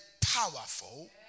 powerful